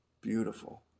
beautiful